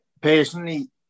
personally